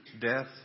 death